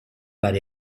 vari